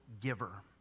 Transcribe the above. giver